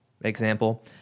example